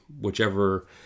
whichever